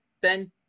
Ben